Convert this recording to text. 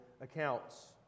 accounts